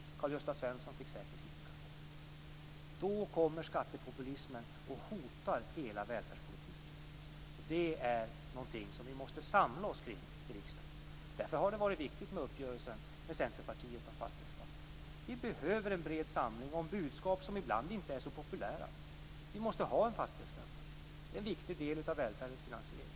Karl-Gösta Svenson fick säkert hicka. Då kommer skattepopulismen och hotar hela välfärdspolitiken. Detta är någonting som vi måste samla oss kring i riksdagen. Därför har det varit viktigt med uppgörelsen med Centerpartiet om fastighetsskatten. Vi behöver en bred samling om budskap som ibland inte är så populära. Vi måste ha en fastighetsskatt. Det är en viktig del av välfärdens finansiering.